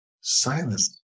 silence